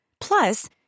Plus